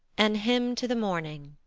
an hymn to the morning